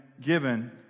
given